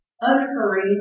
unhurried